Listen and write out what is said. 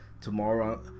tomorrow